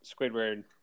Squidward